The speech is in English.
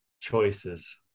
choices